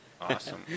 Awesome